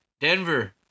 Denver